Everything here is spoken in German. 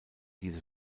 diese